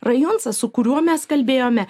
rajuncas su kuriuo mes kalbėjome